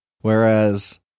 Whereas